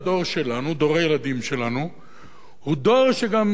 דור הילדים שלנו הוא דור שגם שואל,